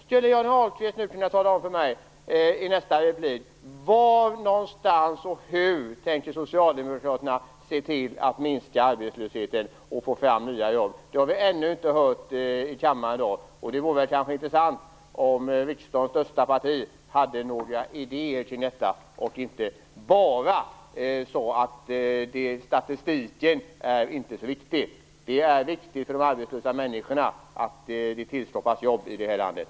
Skulle Johnny Ahlqvist nu kunna tala om för mig i nästa replik: Var någonstans och hur tänker Socialdemokraterna se till att minska arbetslösheten och få fram nya jobb? Det har vi ännu inte hört i kammaren i dag, och det vore kanske intressant om riksdagens största parti hade några idéer kring detta och inte bara sade att statistiken inte är så viktig. Det är viktigt för de arbetslösa människorna att det tillskapas jobb i det här landet.